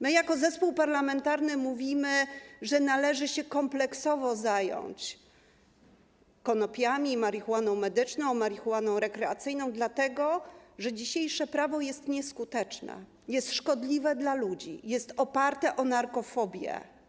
My jako zespół parlamentarny mówimy, że należy się kompleksowo zająć konopiami, marihuaną medyczną i marihuaną rekreacyjną, dlatego że dzisiejsze prawo jest nieskuteczne, jest szkodliwe dla ludzi, jest oparte na narkofobii.